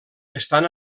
estan